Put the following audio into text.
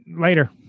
Later